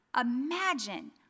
Imagine